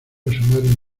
asomaron